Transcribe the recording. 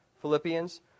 Philippians